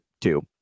two